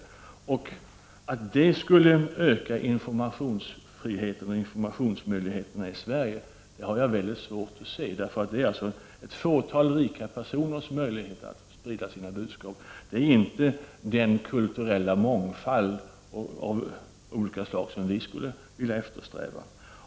Jag har väldigt svårt att se att detta skulle öka informationsfriheten och informationsmöjligheterna i Sverige, eftersom ett fåtal rika personer ges möjlighet att sprida sina budskap, och det är inte den kulturella mångfald som vi i miljöpartiet eftersträvar.